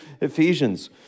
Ephesians